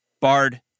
Bard